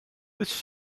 this